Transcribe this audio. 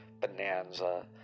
Bonanza